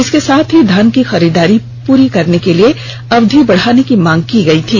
इसके साथ ही धान की खरीददारी पूरा कैरने के लिए अवधि बढ़ाने की मांग की थी